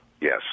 Yes